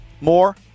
more